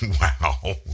Wow